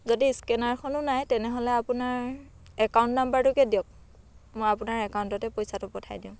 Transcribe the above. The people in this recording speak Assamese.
যদি স্কেনাৰখনো নাই তেনেহ'লে আপোনাৰ একাউন্ট নাম্বাৰটোকে দিয়ক মই আপোনাৰ একাউন্টতে পইচাটো পঠাই দিওঁ